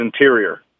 interior